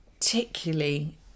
particularly